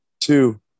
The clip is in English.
Two